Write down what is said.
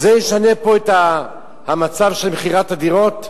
זה ישנה פה את המצב של מכירת הדירות?